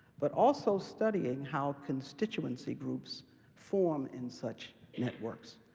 but also studying how constituency groups form in such networks,